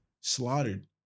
slaughtered